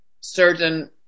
certain